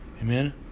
amen